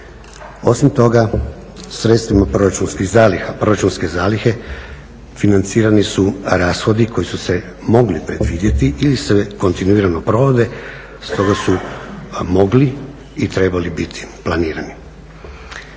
Osim toga, sredstvima proračunskih zaliha, proračunske zalihe financirani su rashodi koji su se mogli predvidjeti ili se kontinuirano provode stoga su mogli i trebali biti planirani.